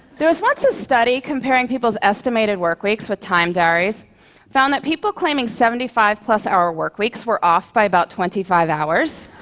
there was once a study comparing people's estimated work weeks with time diaries. they found that people claiming seventy five plus hour work weeks were off by about twenty five hours.